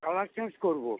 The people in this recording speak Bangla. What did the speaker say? কালার চেঞ্জ করবো